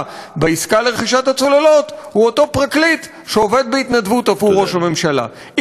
בעסקה לרכישת הצוללות הוא אותו פרקליט שעובד בהתנדבות עבור ראש הממשלה.